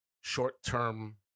short-term